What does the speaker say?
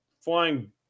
flying